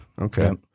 Okay